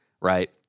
right